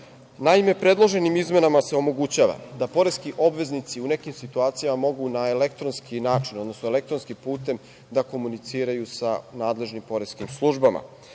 polje. Naime, predloženim izmenama se omogućava da poreski obveznici u nekim situacijama mogu na elektronski način, odnosno elektronskim putem da komuniciraju sa nadležnim poreskim službama.